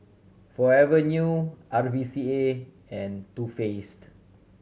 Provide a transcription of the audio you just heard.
Forever New R V C A and Too Faced